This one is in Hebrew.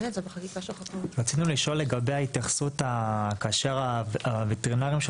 רצינו לשאול לגבי ההתייחסות כאשר הווטרינרים של